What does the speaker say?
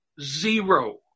zero